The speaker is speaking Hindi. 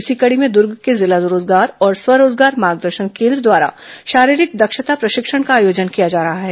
इसी कड़ी में दूर्ग के जिला रोजगार और स्व रोजगार मार्गदर्शन केन्द्र द्वारा शारीरिक दक्षता प्रशिक्षण का आयोजन किया जा रहा है